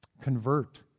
convert